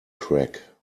crack